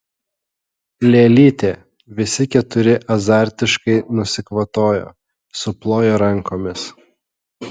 lėlytė visi keturi azartiškai nusikvatojo suplojo rankomis